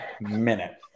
minute